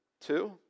two